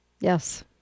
Yes